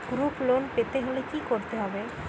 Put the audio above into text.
Group loan পেতে হলে কি করতে হবে?